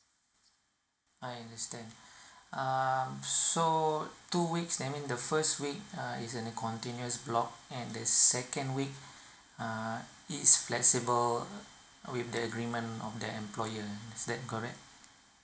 I understand um so two weeks that means the first week uh is in a continuous block and the second week uh is flexible with the agreement of the employer is that correct